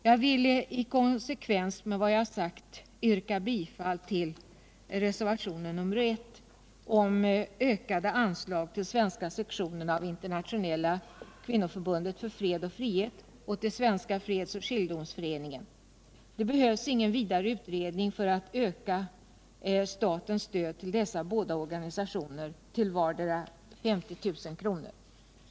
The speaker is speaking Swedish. Jag vill i konsekvens med vad jag sagt yrka bifall till reservationen I om en ökning av anslagen till Svenska sektionen av Internationella kvinnoförbundet för fred och frihet och till Svenska fredsoch skiljedomsföreningen. Det behövs ingen vidare utredning för att öka statens stöd till båda dessa organisationer till 50 000 åt vardera.